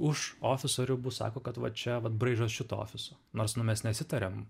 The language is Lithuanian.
už ofiso ribų sako kad va čia vat braižas šito ofiso nors nu mes nesitariam